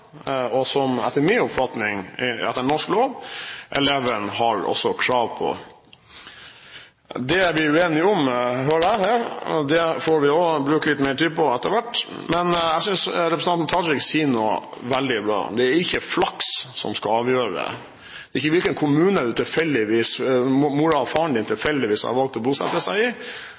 og som etter min oppfatning eleven etter norsk lov også har krav på. Det er vi uenige om, hører jeg her. Det får vi bruke litt mer tid på etter hvert. Men jeg synes representanten Tajik sier noe veldig bra. Det er ikke flaks som skal avgjøre. Det er ikke hvilken kommune som moren og faren din tilfeldigvis har valgt å bosette seg i,